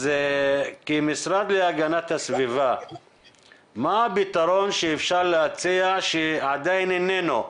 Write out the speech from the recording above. אז כמשרד להגנת הסביבה מה הפתרון שאפשר להציע שעדיין איננו?